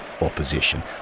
opposition